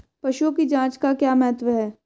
पशुओं की जांच का क्या महत्व है?